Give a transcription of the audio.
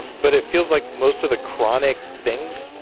and but it feels like most of the chronic things,